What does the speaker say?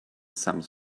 some